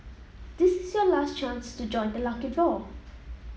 this is your last chance to join the lucky draw